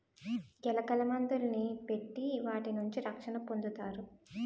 ఎలకల మందుని పెట్టి వాటి నుంచి రక్షణ పొందుతారు